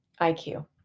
IQ